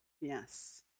Yes